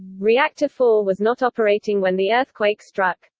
reactor four was not operating when the earthquake struck.